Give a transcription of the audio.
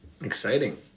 Exciting